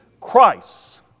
Christ